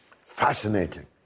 Fascinating